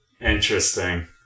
Interesting